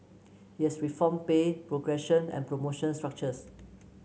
he has reformed pay progression and promotion structures